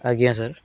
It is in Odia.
ଆଜ୍ଞା ସାର୍